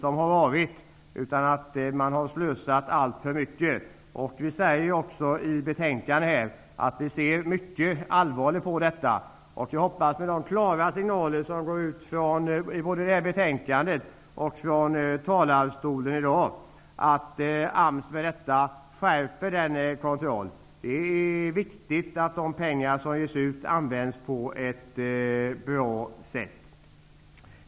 Man har slösat för mycket. Vi säger också i betänkandet att vi ser mycket allvarligt på detta. Jag hoppas att de klara signaler som går ut i och med detta betänkande och inläggen från talarstolen här i dag kommer att innebära att AMS skärper denna kontroll. Det är viktigt att de pengar som har betalas ut används på ett bra sätt.